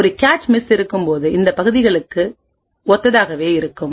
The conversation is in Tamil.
ஒரு கேச் மிஸ் இருக்கும்போது இந்த பகுதிகளுக்கு ஒத்ததாக இருக்கும்